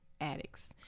addicts